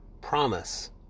promise